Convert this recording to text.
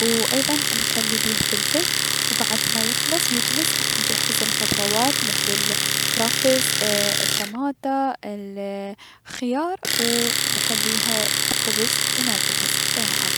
و و ايضا نخلي بيه فلفل و بعد ما يجهز راح نجهز الخضروات مثل الكرفس الطماطة الخيار و نخليها بخبر و ناكلها صحتين و عافية.